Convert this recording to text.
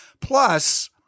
Plus